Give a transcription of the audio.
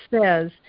says